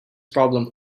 problem